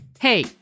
Hey